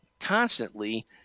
constantly